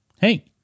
hey